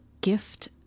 gift